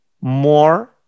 more